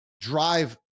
Drive